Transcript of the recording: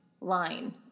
line